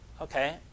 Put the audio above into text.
okay